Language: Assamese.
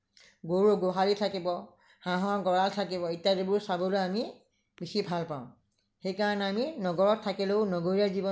গৰুৰ গোহালি থাকিব হাঁহৰ গড়াল থাকিব ইত্যাদিবোৰ চাবলৈ আমি বেছি ভাল পাওঁ সেইকাৰণে আমি নগৰত থাকিলেও নগৰীয়া জীৱনৰ